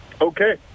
okay